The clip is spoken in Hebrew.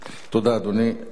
תודה, אדוני.